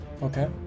okay